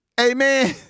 Amen